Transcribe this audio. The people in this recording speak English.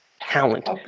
talent